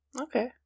Okay